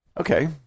Okay